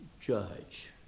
judge